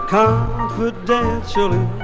confidentially